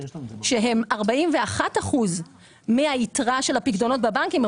שהם 41% מהיתרה של הפיקדונות בבנקים,